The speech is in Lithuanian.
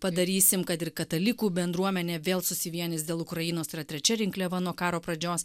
padarysim kad ir katalikų bendruomenė vėl susivienys dėl ukrainos tai yra trečia rinkliava nuo karo pradžios